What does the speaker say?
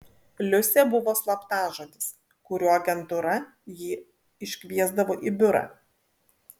liusė buvo slaptažodis kuriuo agentūra jį iškviesdavo į biurą